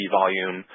volume